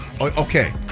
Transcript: Okay